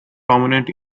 prominent